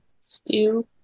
stew